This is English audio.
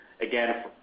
Again